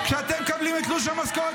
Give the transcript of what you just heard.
--- כשאתם מקבלים את תלוש המשכורת